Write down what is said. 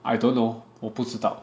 I don't know 我不知道